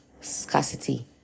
Scarcity